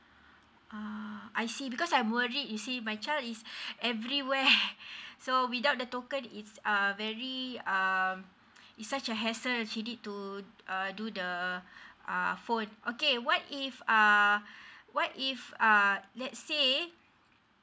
uh I see because I'm worried you see my child is everywhere so without the token is uh very um is such a hassle she need to err do the uh phone okay what if I uh what if uh let's say